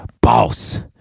Boss